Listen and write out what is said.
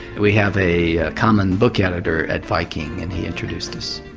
we have a common book editor at viking and he introduced us.